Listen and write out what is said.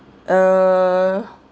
err